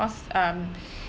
of course um